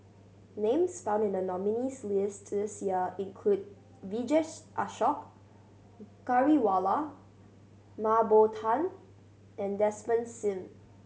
names found in the nominees' list this year include Vijesh Ashok Ghariwala Mah Bow Tan and Desmond Sim